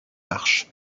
marches